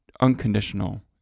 unconditional